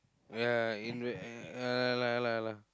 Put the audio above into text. ya in ah ya lah ya lah ya lah